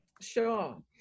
Sure